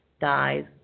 dies